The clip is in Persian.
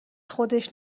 خودش